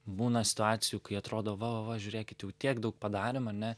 būna situacijų kai atrodo va va va žiūrėkit tiek daug padarėm ane